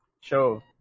show